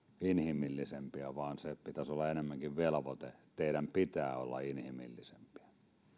inhimillisempiä sen pitäisi olla enemmänkin velvoite teidän pitää olla inhimillisempiä